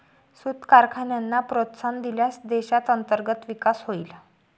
सूत कारखान्यांना प्रोत्साहन दिल्यास देशात अंतर्गत विकास होईल